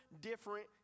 different